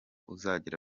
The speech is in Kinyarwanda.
uzagera